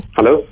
Hello